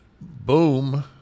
boom